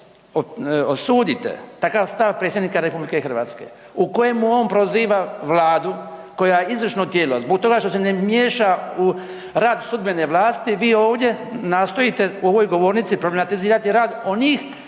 osudite takav stav predsjednika RH u kojemu on proziva Vladu koja je izvršno tijelo zbog toga što se ne miješa u rad sudbene vlasti, vi ovdje nastojite u ovoj govornici problematizirati rad onih